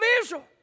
Israel